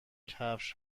کفش